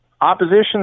opposition